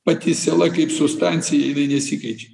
pati siela kaip substancija jinai nesikeičia